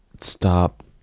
stop